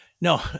No